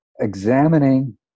examining